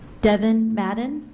devon madden?